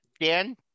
Dan